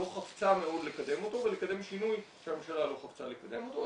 לא חפצה מאוד לקדם אותו ולקדם שינוי שהממשלה לא חפצה לקדם אותו,